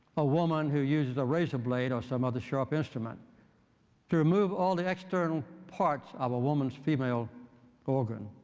a woman who uses a razor blade or some other sharp instrument to remove all the external parts of a woman's female organ.